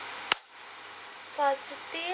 positive